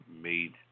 made